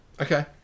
okay